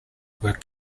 were